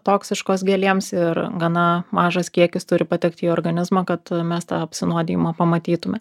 toksiškos gėlėms ir gana mažas kiekis turi patekti į organizmą kad mes tą apsinuodijimą pamatytume